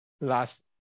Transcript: last